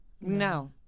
no